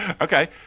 Okay